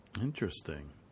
Interesting